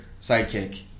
sidekick